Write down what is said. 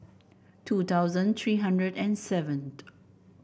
two thousand three hundred and seventh